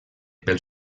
pel